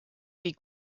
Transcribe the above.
wie